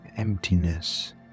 Emptiness